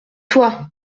toi